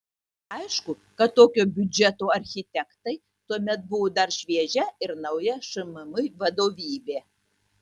aišku kad tokio biudžeto architektai tuomet buvo dar šviežia ir nauja šmm vadovybė